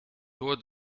door